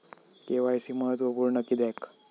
KYC महत्त्वपुर्ण किद्याक?